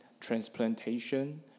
transplantation